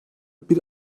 bir